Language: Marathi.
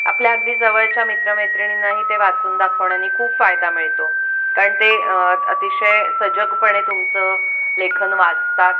आपल्या अगदी जवळच्या मित्रमैत्रिणींनाही ते वाचून दाखवण्यानी खूप फायदा मिळतो कारण ते अतिशय सजगपणे तुमचं लेखन वाचतात